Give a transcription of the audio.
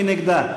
מי נגדה?